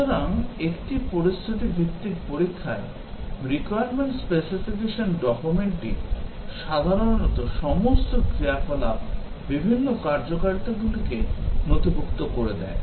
সুতরাং একটি পরিস্থিতি ভিত্তিক পরীক্ষায় requirement specification documentটি সাধারণত সমস্ত ক্রিয়াকলাপ বিভিন্ন কার্যকারিতাগুলিকে নথিভূক্ত করে দেয়